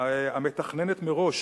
המתכננת מראש